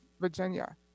Virginia